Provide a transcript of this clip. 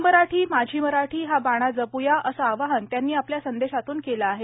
मी मराठी माझी मराठी हा बाणा जप्या असं आवाहन त्यांनी आपल्या संदेशातून केलं आहे